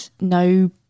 no